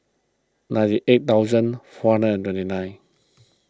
ninety eight thousand four hundred and twenty nine